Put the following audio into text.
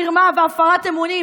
מרמה והפרת אימונים,